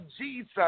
Jesus